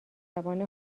زبان